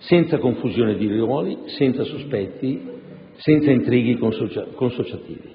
senza confusione di ruoli, senza sospetti e senza intrighi consociativi.